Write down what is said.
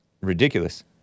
Ridiculous